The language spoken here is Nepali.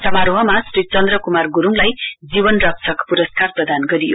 समारोहमा श्री चन्द्र कुमार गुरुङलाई जीवन रक्षक पुरस्कार प्रदान गरियो